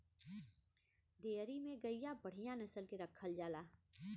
dairy में गइया बढ़िया नसल के रखल जाला